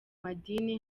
madini